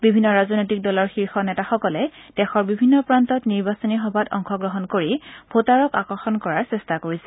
বিভিন্ন ৰাজনৈতিক দলৰ শীৰ্ষ নেতাসকলে দেশৰ বিভিন্ন প্ৰান্তত নিৰ্বাচনী সভাত অংশগ্ৰহণ কৰি ভোটাৰক আকৰ্ষণ কৰাৰ চেষ্টা কৰিছে